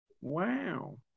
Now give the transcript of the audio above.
Wow